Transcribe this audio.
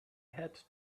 had